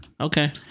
okay